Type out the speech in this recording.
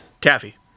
Taffy